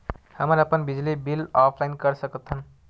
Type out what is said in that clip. हमन अपन बिजली बिल ऑनलाइन कर सकत हन?